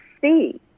see